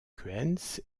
kuentz